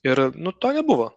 ir nu to nebuvo